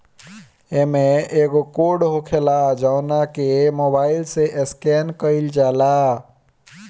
इमें एगो कोड होखेला जवना के मोबाईल से स्केन कईल जाला